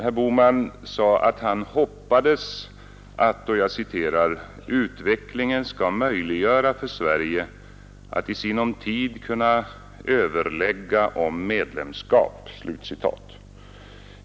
Herr Bohman sade att han hoppades att utvecklingen ”skall tillåta Sverige att i sinom tid åter överlägga om medlemskap i Gemenskapen”.